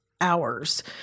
hours